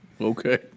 Okay